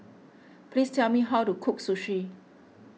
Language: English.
please tell me how to cook Sushi